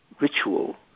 ritual